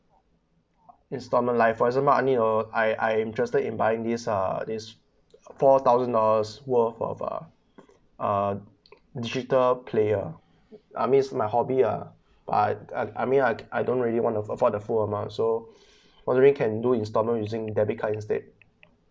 instalment like for example I mean uh I I'm interested in buying this uh this four thousand dollars worth of uh um digital player I mean my hobby uh I I I mean I I don't really want to afford the full amount so probably can do instalment using debit card instead